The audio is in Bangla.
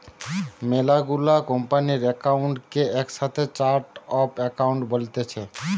মেলা গুলা কোম্পানির একাউন্ট কে একসাথে চার্ট অফ একাউন্ট বলতিছে